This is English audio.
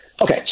Okay